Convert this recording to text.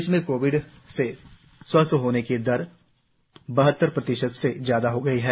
प्रदेश में कोविड से स्वस्थ होने वालों कि दर बहत्तर प्रतिशत से ज्यादा हो गई है